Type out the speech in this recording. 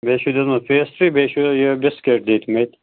بیٚیہِ چھُ دیُتمُت پیسٹرٛی بیٚیہِ چھُ یہِ بِسکیٖٹ دِتۍمٕتۍ